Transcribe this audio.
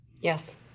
Yes